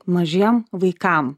mažiem vaikam